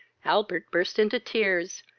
albert burst into tears,